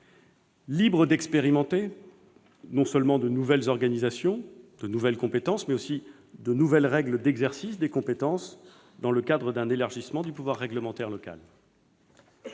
libres d'expérimenter non seulement de nouvelles organisations et de nouvelles compétences, mais aussi de nouvelles règles d'exercice de ces compétences dans le cadre d'un élargissement du pouvoir réglementaire local.